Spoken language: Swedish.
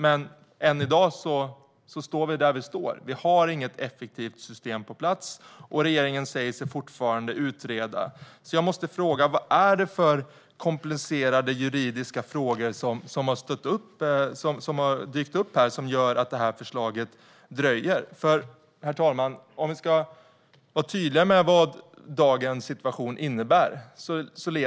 Men än i dag står vi där vi står. Vi har inget effektivt system på plats, och regeringen säger sig fortfarande utreda. Jag måste fråga: Vad är det för komplicerade juridiska frågor som har dykt upp och som gör att förslaget dröjer? Herr talman! Vi kan vara tydliga med vad dagens situation innebär.